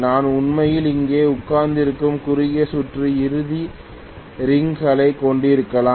நான் உண்மையில் இங்கே உட்கார்ந்திருக்கும் குறுகிய சுற்று இறுதி ரிங்களைக் கொண்டிருக்கலாம்